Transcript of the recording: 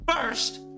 First